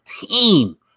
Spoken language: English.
team